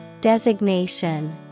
Designation